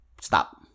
Stop